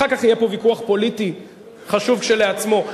אחר כך יהיה פה ויכוח פוליטי חשוב כשלעצמו,